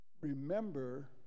remember